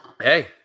Hey